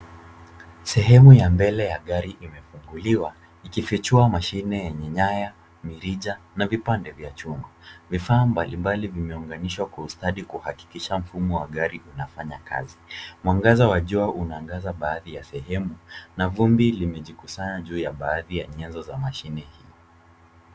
Sehemu ya mbele ya gari imefunguliwa ikifichua mashine yenye nyaya, mirija na vipande vya chuma. Vifaa mbalimbali vimeunganishwa kwa ustadi kuhakikisha mfumo wa gari unafanya kazi. Mwangaza wa jua unaangaza baadhi ya sehemu na vumbi limejikusanya juu ya baadhi ya nyanzo vya mashini hii.